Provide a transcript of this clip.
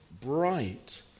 bright